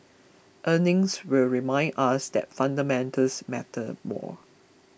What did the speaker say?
earnings will remind us that fundamentals matter more